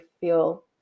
feel